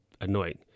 annoying